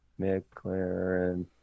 McLaren